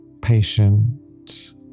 patient